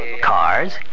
Cars